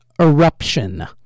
Eruption